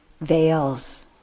veils